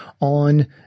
on